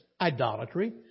idolatry